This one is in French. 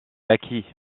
acquis